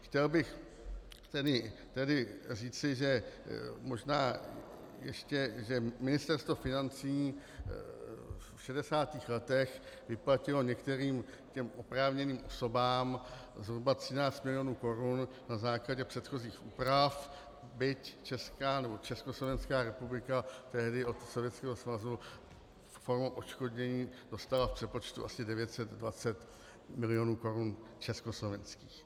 Chtěl bych tedy říci, že možná ještě Ministerstvo financí v 60. letech vyplatilo některým oprávněným osobám zhruba 13 milionů korun na základě předchozích úprav, byť Československá republika tehdy od Sovětského svazu formou odškodnění dostala v přepočtu asi 920 milionů korun československých.